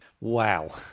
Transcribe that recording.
Wow